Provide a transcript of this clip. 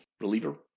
reliever